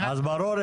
מעין